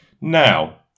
Now